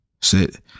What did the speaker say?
Sit